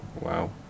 Wow